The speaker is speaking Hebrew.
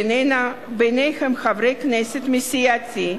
ביניהם חברי כנסת מסיעתי,